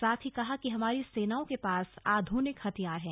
साथ ही कहा कि हमारी सेनाओं के पास आधुनिक हथियार हैं